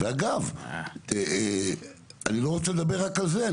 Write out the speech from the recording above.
אגב, אני לא רוצה לדבר רק על זה.